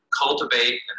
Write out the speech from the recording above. cultivate